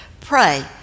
pray